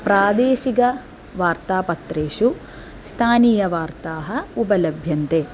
प्रादेशिकवार्तापत्रेषु स्थानीयवार्ताः उपलभ्यन्ते